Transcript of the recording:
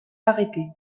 arrêté